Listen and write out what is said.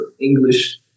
English